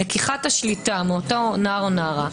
לקיחת השליטה מאותו נער או נערה.